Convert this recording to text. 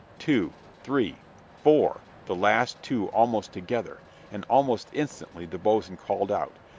two, three four the last two almost together and almost instantly the boatswain called out,